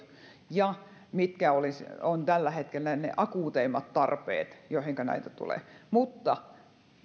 ja mitkä ovat tällä hetkellä ne akuuteimmat tarpeet joihinka näitä tulee